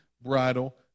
bridal